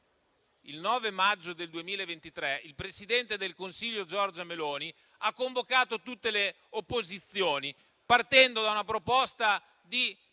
il 9 maggio 2023, la presidente del Consiglio Giorgia Meloni ha convocato tutte le opposizioni, partendo da una proposta di